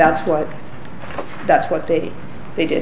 that's what that's what they did they did